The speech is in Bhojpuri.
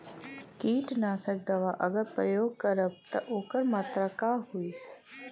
कीटनाशक दवा अगर प्रयोग करब त ओकर मात्रा का होई?